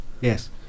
Yes